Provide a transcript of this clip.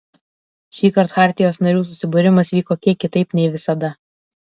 šįkart chartijos narių susibūrimas vyko kiek kitaip nei visada